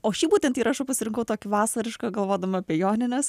o šiaip būtent įrašų pasirinko tokį vasarišką galvodama apie jonines